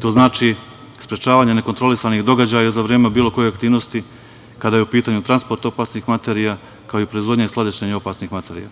To znači sprečavanje nekontrolisanih događaja za vreme bilo koje aktivnosti kada je u putanju transport opasnih materija, kao i proizvodnja i skladištenje opasnih materija.